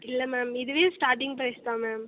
இல்லை மேம் இதுவே starting price தான் மேம்